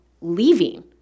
leaving